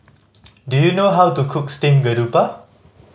do you know how to cook steamed garoupa